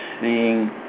seeing